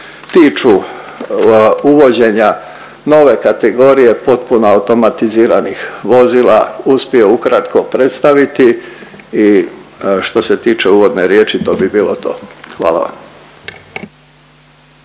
tiču uvođenja nove kategorije potpuno automatiziranih vozila, uspio ukratko predstaviti i što se tiče uvodne riječi to bi bilo to. Hvala vam.